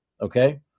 okay